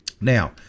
Now